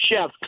chef